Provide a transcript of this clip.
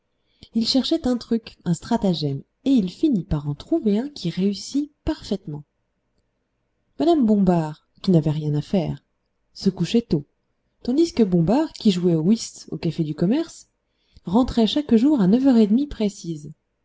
il cherchait un truc un stratagème et il finit par en trouver un qui réussit parfaitement mme bombard qui n'avait rien à faire se couchait tôt tandis que bombard qui jouait au whist au café du commerce rentrait chaque jour à neuf heures et demie précises